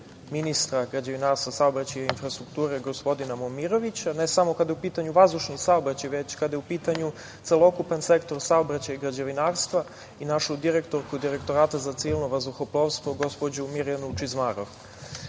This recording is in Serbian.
ministra građevinarstva, saobraćaja i infrastrukture gospodina Momirovića, ne samo kada je u pitanju vazdušni saobraćaj, već kada je u pitanju celokupan sektor saobraćaja i građevinarstva i našu direktorku Direktorata za civilno vazduhoplovstvo gospođu Mirjanu Čizmarov. Želeo